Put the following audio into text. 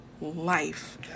life